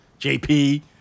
JP